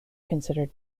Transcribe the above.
considered